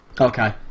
Okay